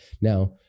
Now